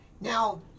Now